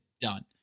done